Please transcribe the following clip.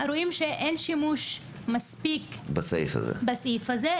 רואים שאין שימוש מספק בסעיף הזה,